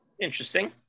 Interesting